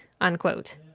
unquote